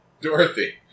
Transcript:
Dorothy